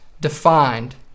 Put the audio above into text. defined